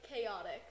chaotic